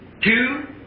Two